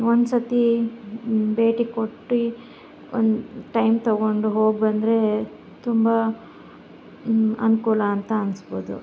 ಒಂದು ಸರ್ತಿ ಭೇಟಿ ಕೊಟ್ಟು ಒಂದು ಟೈಮ್ ತಗೊಂಡು ಹೋಗಿ ಬಂದರೆ ತುಂಬ ಅನುಕೂಲ ಅಂತ ಅನಿಸ್ಬೋದು